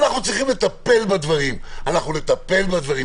אנחנו צריכים לטפל בדברים ואנחנו מטפלים בדברים,